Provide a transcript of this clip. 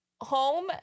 home